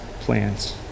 plans